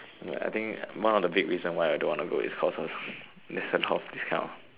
ya I think one of the big reason why I don't want to go is cause of listen how this kind of